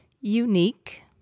unique